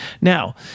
Now